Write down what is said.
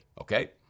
okay